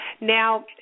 Now